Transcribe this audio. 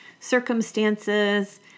circumstances